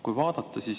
Kui vaadata, siis